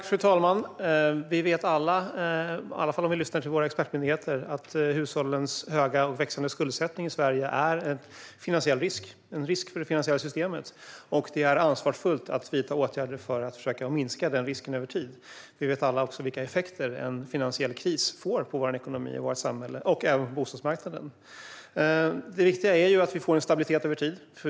Fru talman! Vi vet alla, i varje fall om vi lyssnar till våra expertmyndigheter, att hushållens höga och växande skuldsättning i Sverige är en risk för det finansiella systemet. Det är ansvarsfullt att vidta åtgärder för att försöka minska den risken över tid. Vi vet alla vilka effekter en finansiell kris får på vår ekonomi, vårt samhälle och även på bostadsmarknaden. Det viktiga är att vi får en stabilitet över tid.